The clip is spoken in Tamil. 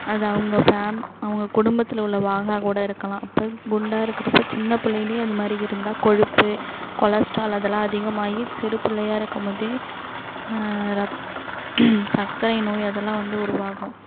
அது அவங்க ஃபேம் அவங்க குடும்பத்தில் உள்ள வாகா கூட இருக்கலாம் அப்போ குண்டாக இருக்கிறப்ப சின்னப்பிள்ளைலியே அதுமாதிரி இருந்தால் கொழுப்பு கொலஸ்ட்ரால் அதெல்லாம் அதிகமாகி சிறு பிள்ளையா இருக்கும் போதே சர்க்கரை நோய் அதெல்லாம் வந்து உருவாகும்